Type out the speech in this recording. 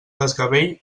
desgavell